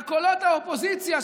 על קולות האופוזיציה,